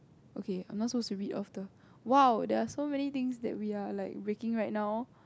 okay I'm not suppose to read off the !wow! there are so many things that we are like breaking right now